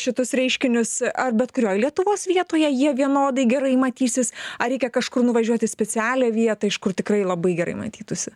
šitus reiškinius ar bet kurioj lietuvos vietoje jie vienodai gerai matysis ar reikia kažkur nuvažiuot į specialią vietą iš kur tikrai labai gerai matytųsi